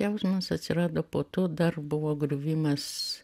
jausmas atsirado po to dar buvo griuvimas